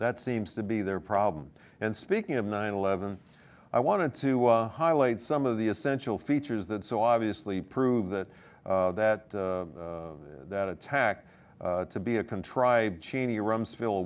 that seems to be their problem and speaking of nine eleven i wanted to highlight some of the essential features that so obviously prove that that that attack to be a contrived cheney rumsfeld